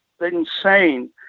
insane